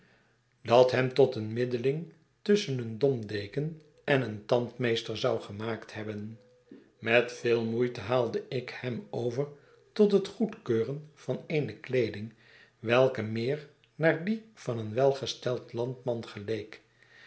dat hem toteenmiddelding tusschen een domdeken en een tandmeester zou gemaakt hebben met veel moeite haalde ik hem over tot het goedkeuren van eene kleeding welke meer naar die van een welgesteld landman geleek